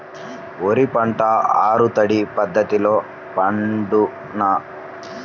వరి పంట ఆరు తడి పద్ధతిలో పండునా?